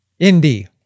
indie